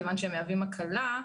מכיוון שהם מהווים הקלה.